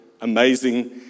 amazing